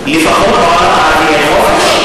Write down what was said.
לפחות, בעולם הערבי אין חופש?